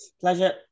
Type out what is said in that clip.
Pleasure